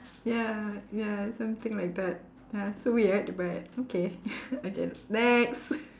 ya ya something like that ya so we had to okay I get it okay next